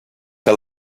que